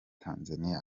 tanzania